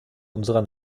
unserer